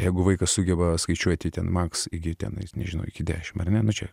jeigu vaikas sugeba skaičiuoti ten maks iki tenai nežino iki dešimt ar ne ne nu čia